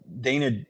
Dana